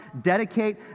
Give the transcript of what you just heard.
dedicate